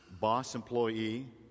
boss-employee